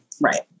Right